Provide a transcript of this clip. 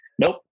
nope